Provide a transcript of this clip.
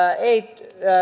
ei